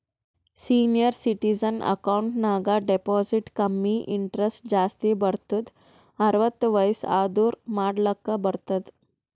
senior citizen account ನಾಗ್ deposit ಕಮ್ಮಿ interest ಜಾಸ್ತಿ ಬರ್ತುದ್ ಅರ್ವತ್ತ್ ವಯಸ್ಸ್ ಆದೂರ್ ಮಾಡ್ಲಾಕ ಬರ್ತುದ್